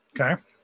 Okay